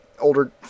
Older